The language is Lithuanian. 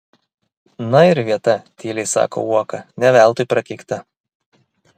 na ir vieta tyliai sako uoka ne veltui prakeikta